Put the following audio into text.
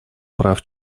прав